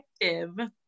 effective